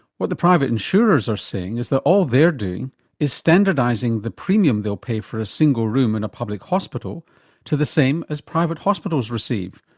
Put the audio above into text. what the private insurers are saying is that all they're doing is standardising the premium they'll pay for a single room in a public hospital to the same as private hospitals receive,